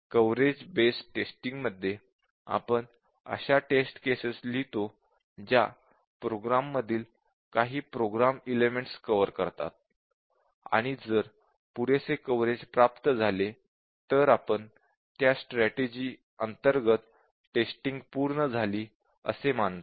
coverage based टेस्टिंगमध्ये आपण अशा टेस्ट केसेस लिहितो ज्या प्रोग्राम मधील काही प्रोग्राम एलेमेंट्स कव्हर करतात आणि जर पुरेसे कव्हरेज प्राप्त झाले तर आपण त्या स्ट्रॅटेजि अंतर्गत टेस्टिंग पूर्ण झाली असे मानतो